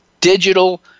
digital